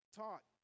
taught